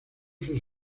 sus